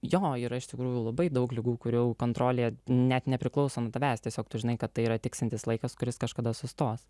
jo yra iš tikrųjų labai daug ligų kurių kontrolė net nepriklauso nuo tavęs tiesiog tu žinai kad tai yra tiksintis laikas kuris kažkada sustos